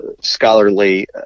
scholarly